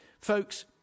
Folks